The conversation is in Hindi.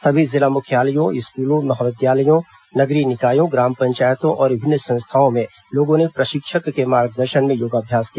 सभी जिला मुख्यालयों स्कूलों महाविद्यालयों नगरीय निकायों ग्राम पंचायतों और विभिन्न संस्थाओं में लोगों ने प्रशिक्षक के मार्गदर्शन में योगाभ्यास किया